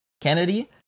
Kennedy